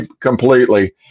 completely